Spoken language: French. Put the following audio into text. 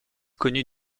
connue